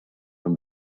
from